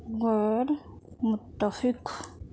غیر متفق